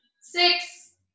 six